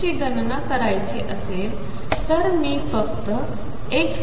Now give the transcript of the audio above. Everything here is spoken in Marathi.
ची गणना करायची असेल तर मी फक्त x